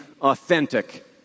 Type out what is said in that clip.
authentic